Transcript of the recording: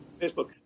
facebook